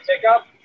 pickup